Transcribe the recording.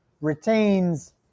retains